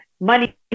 money